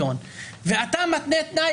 של בית המשפט העליון ואתה מתנה תנאי,